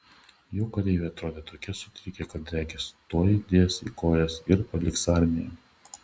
jo kareiviai atrodė tokie sutrikę kad regis tuoj dės į kojas ir paliks armiją